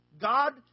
God